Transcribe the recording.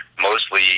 Mostly